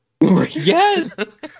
Yes